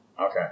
Okay